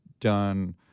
done